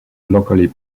locally